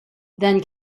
then